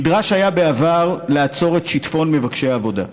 נדרש היה בעבר לעצור את שיטפון מבקשי העבודה.